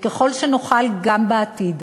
וככל שנוכל גם בעתיד,